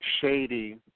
shady